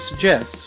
suggests